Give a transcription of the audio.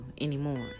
anymore